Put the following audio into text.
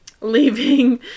leaving